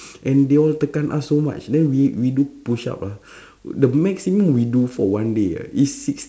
and they all tekan us so much then we we do push up ah the maximum we do for one day ah is six~